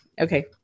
okay